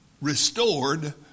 restored